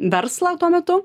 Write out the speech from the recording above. verslą tuo metu